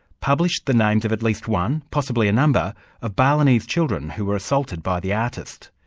published the names of at least one, possibly a number of balinese children who were assaulted by the artist.